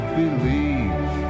believe